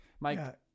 Mike